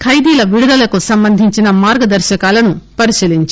ఖైదీల విడుదలకు సంబంధించిన మార్గదర్శకాలను పరిశీలించారు